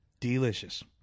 delicious